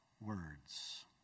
words